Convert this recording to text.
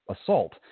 assault